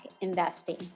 investing